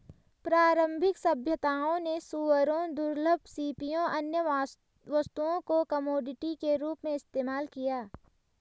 प्रारंभिक सभ्यताओं ने सूअरों, दुर्लभ सीपियों, अन्य वस्तुओं को कमोडिटी के रूप में इस्तेमाल किया